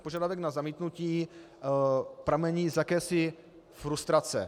Požadavek na zamítnutí pramení z jakési frustrace.